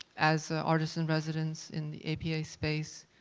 as artist-in-residence in the a p a space,